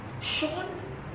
Sean